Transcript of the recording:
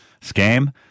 scam